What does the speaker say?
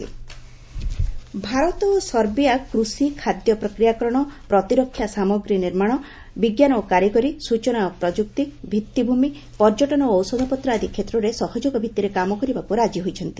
ନାଇଡ୍ Serbia Bharat ଓ Serbia କୃଷି ଖାଦ୍ୟ ପ୍ରକ୍ରିୟାକରଣ ପ୍ରତିରକ୍ଷା ସାମଗ୍ରୀ ନିର୍ମାଣ ବିଜ୍ଞାନ ଓ କାରିଗରୀ ସୂଚନା ପ୍ରଯୁକ୍ତି ଭିଭିଭ୍ ମି ପର୍ଯ୍ୟଟନ ଓ ଔଷଧପତ୍ର ଆଦି କ୍ଷେତ୍ରରେ ସହଯୋଗ ଭିତ୍ତିରେ କାମ କରିବାକୁ ରାଜି ହୋଇଛନ୍ତି